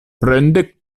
prende